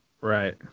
Right